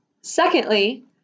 Secondly